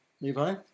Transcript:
Levi